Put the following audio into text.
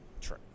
True